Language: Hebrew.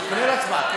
זה כולל הצבעה.